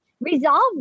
resolve